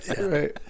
right